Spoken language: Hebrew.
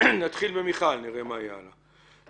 נתחיל בהצעה של מיכל ונראה מה יהיה הלאה.